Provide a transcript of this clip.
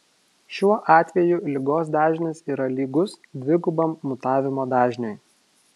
šiuo atveju ligos dažnis yra lygus dvigubam mutavimo dažniui